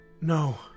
No